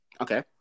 Okay